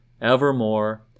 evermore